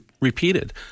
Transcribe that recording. repeated